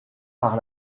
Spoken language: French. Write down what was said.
par